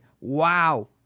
Wow